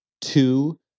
two